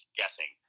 guessing